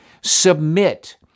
Submit